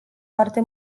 foarte